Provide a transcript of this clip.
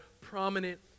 prominent